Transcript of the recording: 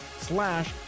slash